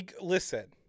Listen